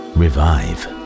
revive